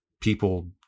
people